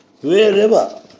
wherever